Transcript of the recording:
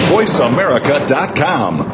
VoiceAmerica.com